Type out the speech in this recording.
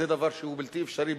זה דבר שהוא בלתי אפשרי,